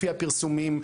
לפי הפרסומים,